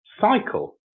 cycle